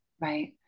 right